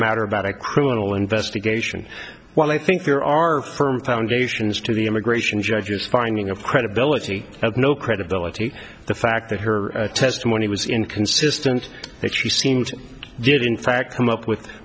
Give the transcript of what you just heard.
matter about a criminal investigation while i think there are firm foundations to the immigration judges finding of credibility have no credibility the fact that her testimony was inconsistent that she seems did in fact come up with